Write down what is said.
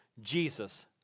Jesus